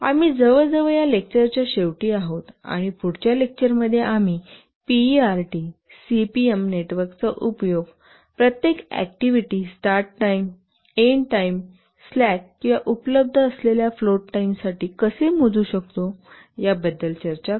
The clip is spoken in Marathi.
आम्ही जवळजवळ या लेक्चरच्या शेवटी आहोत आणि पुढच्या लेक्चरमध्ये आम्ही पीईआरटी सीपीएम नेटवर्कचा उपयोग प्रत्येक activity start time end time slack किंवा उपलब्ध असलेल्या फ्लोट टाइमसाठी कसे मोजू शकतो याबद्दल चर्चा करू